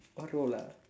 what role ah